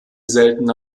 seltene